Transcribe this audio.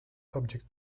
subject